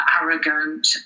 arrogant